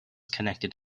connected